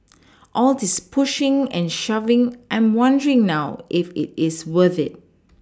all this pushing and shoving I'm wondering now if it is worth it